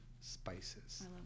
spices